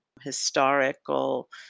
historical